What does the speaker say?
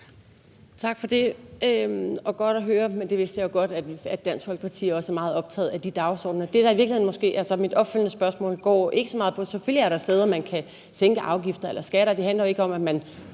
Tak for det, og det er godt at høre, men jeg vidste jo godt, at Dansk Folkeparti også er meget optaget af de dagsordener. Det, der i virkeligheden så måske er mit opfølgende spørgsmål, går ikke så meget på afgifter. Selvfølgelig er der steder, hvor man kan sænke afgifter eller skatter. Det handler jo ikke om, at man